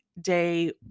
day